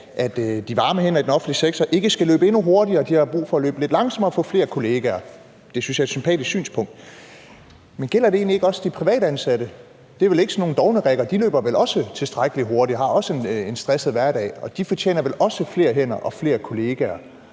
varme hænder i den offentlige sektor ikke skal arbejde endnu hurtigere. De har brug for at arbejde lidt langsommere og få flere kollegaer. Det synes jeg er et sympatisk synspunkt. Men gælder det ikke egentlig ikke også de privatansatte? Det er vel ikke sådan nogle dovendidrikker? De løber vel også tilstrækkelig hurtigt og har også en stresset hverdag. De fortjener vel også flere hænder og flere kollegaer.